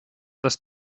das